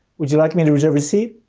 would you like me to reserve a seat?